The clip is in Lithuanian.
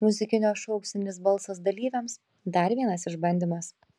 muzikinio šou auksinis balsas dalyviams dar vienas išbandymas